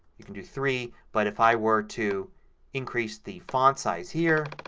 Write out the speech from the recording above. you can do three. but if i were to increase the font size here